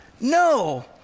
No